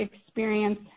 experience